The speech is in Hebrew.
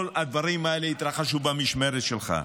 כל הדברים האלה התרחשו במשמרת שלך.